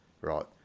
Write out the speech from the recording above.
right